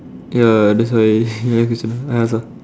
ya that's why another question I ask ah